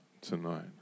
tonight